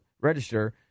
register